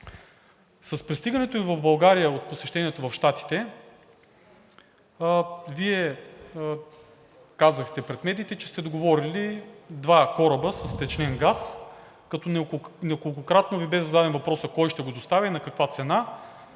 С пристигането Ви в България от посещението Ви в Щатите Вие казахте пред медиите, че сте договорили два кораба с втечнен газ, като неколкократно Ви бе зададен въпросът кой ще го достави и на каква цена